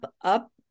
up